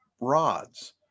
rods